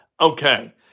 Okay